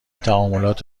تعاملات